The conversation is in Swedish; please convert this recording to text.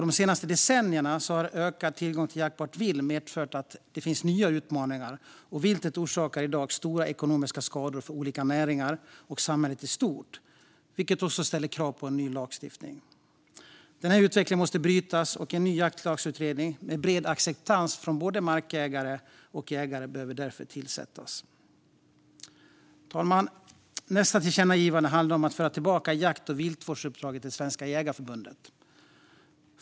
De senaste decennierna har ökad tillgång till jaktbart vilt medfört att det finns nya utmaningar. Viltet orsakar i dag stora ekonomiska skador för olika näringar och samhället i stort, vilket också ställer krav på en ny lagstiftning. Denna utveckling måste brytas, och en ny jaktlagsutredning med bred acceptans från både markägare och jägare behöver därför tillsättas. Fru talman! Nästa tillkännagivande handlar om att föra tillbaka jakt och viltvårdsuppdraget till Svenska Jägareförbundet.